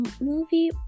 movie